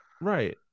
Right